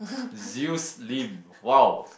Zeus Lim !wow!